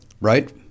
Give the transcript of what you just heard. right